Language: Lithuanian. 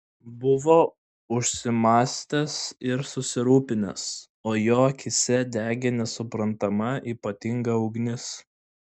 buvo užsimąstęs ir susirūpinęs o jo akyse degė nesuprantama ypatinga ugnis